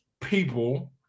people